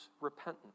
repentance